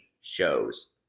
shows